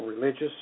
religious